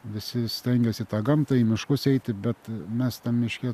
visi stengias į tą gamtą į miškus eiti bet mes tam miške